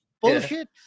bullshit